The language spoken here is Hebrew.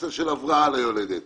נושא של הבראה ליולדת,